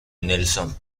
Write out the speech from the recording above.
nelson